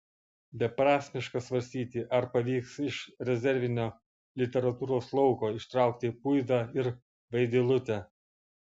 beprasmiška svarstyti ar pavyks iš rezervinio literatūros lauko ištraukti puidą ir vaidilutę